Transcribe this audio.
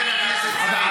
חבר הכנסת סעיד,